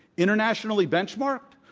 internationally benchmarked?